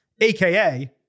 aka